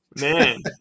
Man